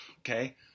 okay